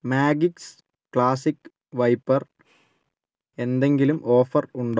magics classic wiper എന്തെങ്കിലും offer ഉണ്ടോ